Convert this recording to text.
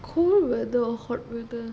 cold weather or hot weather